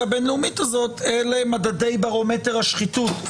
הבינלאומית הוא פרסום מדדי ברומטר השחיתות.